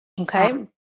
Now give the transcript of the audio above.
Okay